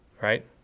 right